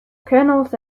canals